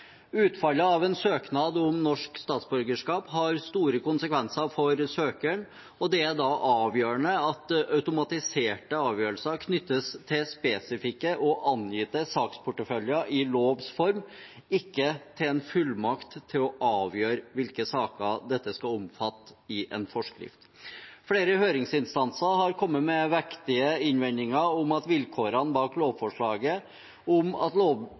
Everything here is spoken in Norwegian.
Utfallet av en søknad om norsk statsborgerskap har store konsekvenser for søkeren, og det er avgjørende at automatiserte avgjørelser knyttes til spesifikke og angitte saksporteføljer i lovs form, ikke til en fullmakt til å avgjøre hvilke saker dette skal omfatte, i en forskrift. Flere høringsinstanser har kommet med vektige innvendinger om at vilkårene bak lovforslaget om at